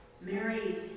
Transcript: Mary